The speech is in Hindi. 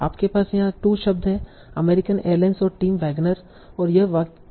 आपके पास यहां 2 शब्द हैं अमेरिकन एयरलाइंस और टिम वैगनर और यह वाक्य का पार्ट है